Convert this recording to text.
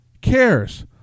cares